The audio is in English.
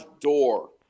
door